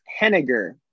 Henniger